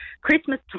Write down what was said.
Christmas